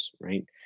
right